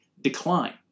decline